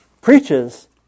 preaches